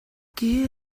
киһи